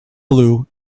blue